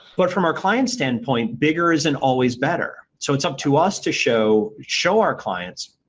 but from our client's standpoint, bigger isn't always better so it's up to us to show show our clients,